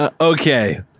Okay